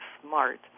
smart